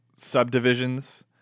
subdivisions